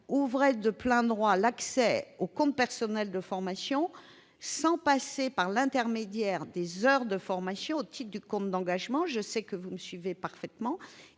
ouvraient de plein droit l'accès au compte personnel de formation, sans passer par l'intermédiaire des heures de formation au titre du compte engagement citoyen- je ne doute pas que vous suiviez parfaitement,